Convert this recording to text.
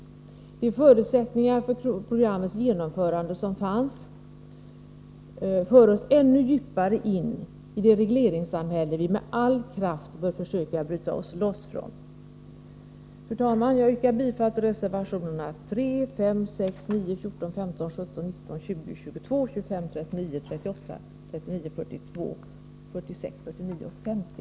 Förutsättningarna för programmets genomförande för oss ännu djupare in i det regleringssamhälle som vi med all kraft bör försöka bryta oss loss från. Fru talman! Jag yrkar bifall till reservationerna 3, 5, 6,9, 14, 15, 17, 19, 20, 22, 25, 29, 38, 39, 42, 46, 49 och 50.